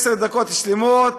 עשר דקות שלמות,